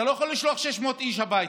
אתה לא יכול לשלוח 600 איש הביתה,